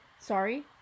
Sorry